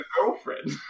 girlfriend